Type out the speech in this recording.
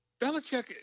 Belichick